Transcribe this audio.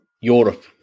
Europe